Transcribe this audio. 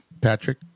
Patrick